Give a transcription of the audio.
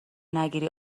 نگیری